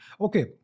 Okay